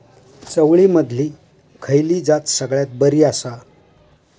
चवळीमधली खयली जात सगळ्यात बरी आसा?